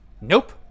Nope